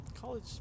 college